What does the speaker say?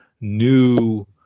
new